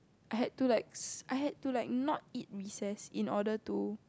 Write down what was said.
I had to like s~ I had to like not eat recess in order to